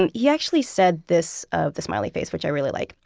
and he actually said this of the smiley face, which i really like.